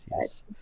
yes